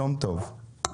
יום טוב.